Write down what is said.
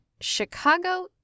Chicago